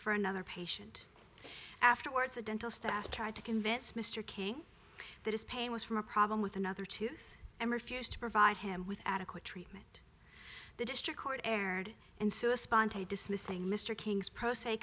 for another patient afterwards the dental staff tried to convince mr king that is pain was from a problem with another tooth and refused to provide him with adequate treatment the district court erred and so a sponsor dismissing mr king's pro s